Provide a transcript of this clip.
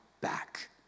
back